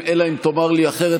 אלא אם תאמר לי אחרת,